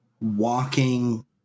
walking